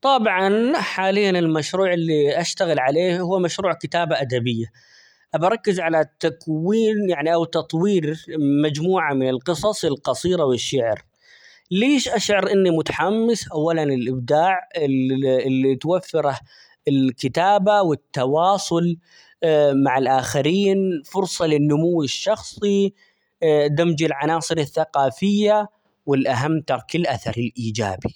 طبعًا حاليا المشروع اللي أشتغل عليه هو مشروع كتابة أدبية، أبي أركز على تكوين يعني ،أو تطوير مجموعة من القصص القصيرة ،والشعر ،ليش أشعر إني متحمس؟ أولًا الإبداع -الل- اللي توفره الكتابة والتواصل مع الاخرين فرصة للنمو الشخصي ،دمج العناصر الثقافية ، والأهم ترك الأثر الإيجابي.